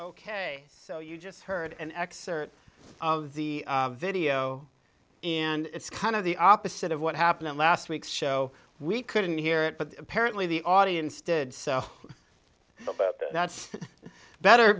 ok so you just heard an excerpt of the video and it's kind of the opposite of what happened on last week's show we couldn't hear it but apparently the audience did so that's better